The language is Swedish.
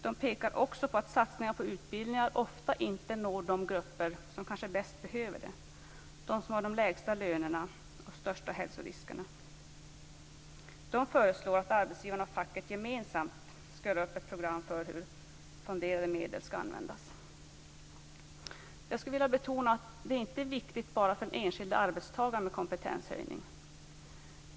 De pekar också på att satsningar på utbildningar ofta inte når de grupper som kanske bäst behöver dem, de som har de lägsta lönerna och de största hälsoriskerna. De föreslår att arbetsgivarna och facket gemensamt skall göra upp ett program för hur fonderade medel skall användas. Jag skulle vilja betona att det här med kompetenshöjning inte bara är viktigt för den enskilde arbetstagaren.